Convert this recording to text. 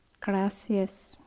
Gracias